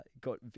got